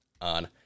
on